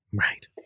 Right